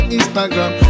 Instagram